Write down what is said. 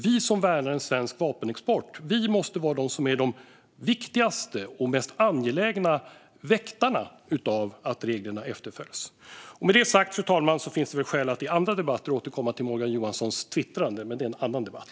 Vi som värnar en svensk vapenexport måste vara de viktigaste och mest angelägna väktarna av att reglerna efterföljs. Fru talman! Det finns skäl att återkomma till Morgan Johanssons twittrande, men det är en annan debatt.